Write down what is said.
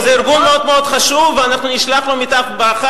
וזה ארגון מאוד מאוד חשוב ואנחנו נשלח לו ברכה.